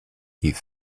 die